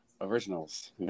originals